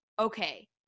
okay